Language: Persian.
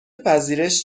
پذیرش